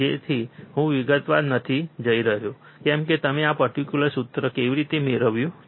તેથી હું વિગતવાર નથી જઈ રહ્યો કે તમે આ પર્ટીક્યુલર સૂત્ર કેવી રીતે મેળવ્યું છે